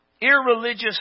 irreligious